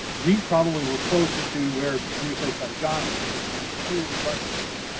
these probably were closer to where henry clay's son john lived, which if you're familiar with lexington,